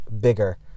bigger